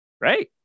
right